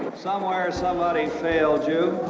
somewhere, somebody failed you.